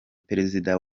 perezida